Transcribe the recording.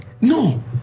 No